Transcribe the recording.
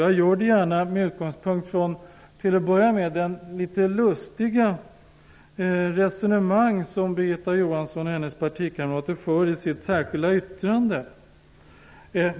Jag gör det gärna med utgångspunkt från det litet lustiga resonemang som Birgitta Johansson och hennes partikamrater för i sitt särskilda yttrande.